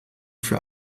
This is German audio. für